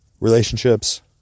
relationships